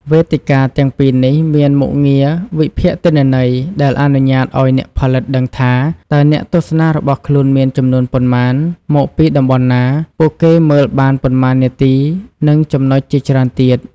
វេទិកាទាំងពីរនេះមានមុខងារវិភាគទិន្នន័យដែលអនុញ្ញាតឱ្យអ្នកផលិតដឹងថា តើអ្នកទស្សនារបស់ខ្លួនមានចំនួនប៉ុន្មាន មកពីតំបន់ណា ពួកគេមើលបានប៉ុន្មាននាទី និងចំណុចជាច្រើនទៀត។